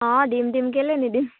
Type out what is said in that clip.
অঁ দিম দিম কেলৈ নিদিম